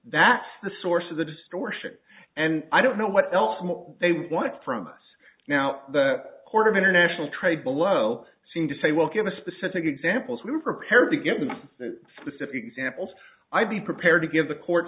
that's the source of the distortion and i don't know what else they want from us now the court of international trade below seem to say well give a specific examples we were prepared to give them the city examples i'd be prepared to give the court